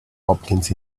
hopkins